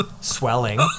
swelling